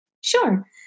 Sure